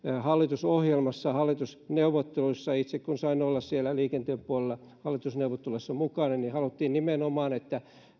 hallitusohjelmassa hallitusneuvotteluissa itse kun sain olla siellä liikenteen puolella hallitusneuvotteluissa mukana niin haluttiin nimenomaan että